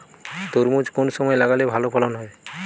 তরমুজ কোন সময় লাগালে ভালো ফলন হয়?